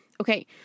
Okay